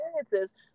experiences